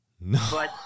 No